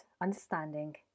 understanding